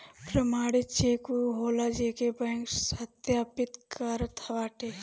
प्रमाणित चेक उ होला जेके बैंक सत्यापित करत बाटे